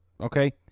okay